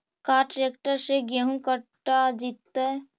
का ट्रैक्टर से गेहूं कटा जितै?